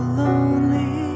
lonely